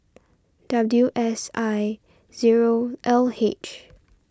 W S I zero L H